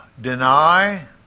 deny